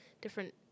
different